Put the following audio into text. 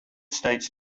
states